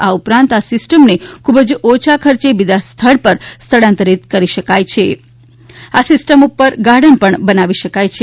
આ ઉપરાંત આ સીસ્ટમને ખુબ ઓછા ખર્ચ બીજા સ્થળ ઉપર સ્થળાંતર પણ કરી શકાય છે અને આ સીસ્ટમ ઉપર ગાર્ડન પણ બનાવી શકાય છે